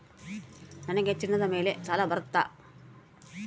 ನನಗೆ ಚಿನ್ನದ ಮೇಲೆ ಸಾಲ ಬರುತ್ತಾ?